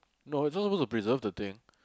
no you not supposed to preserve the thing